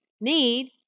need